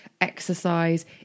exercise